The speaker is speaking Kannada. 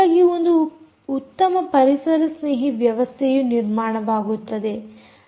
ಹಾಗಾಗಿ ಒಂದು ಉತ್ತಮ ಪರಿಸರ ಸ್ನೇಹಿ ವ್ಯವಸ್ಥೆಯು ನಿರ್ಮಾಣವಾಗುತ್ತದೆ